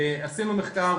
עשינו מחקר,